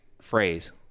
phrase